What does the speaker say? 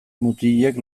mutilek